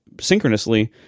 synchronously